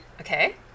Okay